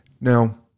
Now